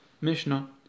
Mishnah